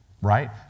right